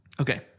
Okay